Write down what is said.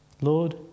Lord